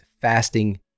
fasting